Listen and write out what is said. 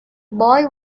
boy